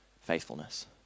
faithfulness